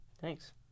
Thanks